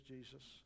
Jesus